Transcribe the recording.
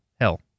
hell